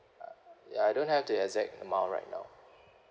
ya I don't have the exact amount right now